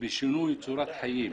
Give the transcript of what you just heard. ובשינוי צורת חיים.